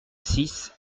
six